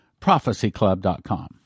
prophecyclub.com